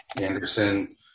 Anderson